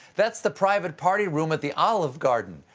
that's the private party room at the olive garden.